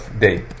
day